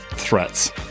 Threats